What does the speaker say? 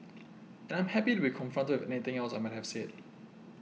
and I'm happy to be confronted with anything else I might have said